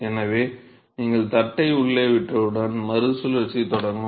எனவே நீங்கள் தட்டை உள்ளே விட்டவுடன் மறுசுழற்சி தொடங்கும்